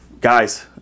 Guys